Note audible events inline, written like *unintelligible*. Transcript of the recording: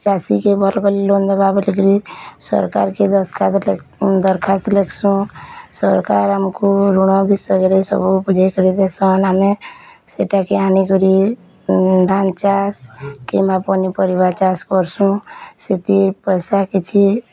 ଚାଷୀ କେଁ *unintelligible* ଲୋନ୍ ଦବା ବୋଲିକିରି ସରକାର୍କେ କେଁ ଦରଖାସ୍ତ ଲେଖସୁଁ ସରକାର୍ ଆମକୁ ଋଣ ବିଷୟରେ ସବୁ ବୁଝେଇ କରି ଦେଇସନ୍ ଆମେ ସେଇଟା କେଁ ଆନି କରି ଧାନ୍ ଚାଷ କିମ୍ବା ପନିପରିବା ଚାଷ କରୁସୁଁ ସେଥି ପଇସା କିଛି